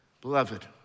Beloved